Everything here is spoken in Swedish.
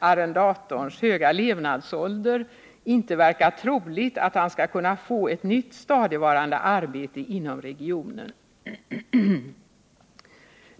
arrendatorns höga levnadsålder inte verkar troligt att han skall kunna få ett nytt stadigvarande arbete inom regionen.